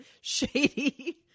shady